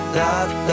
love